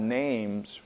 names